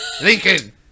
Lincoln